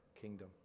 kingdom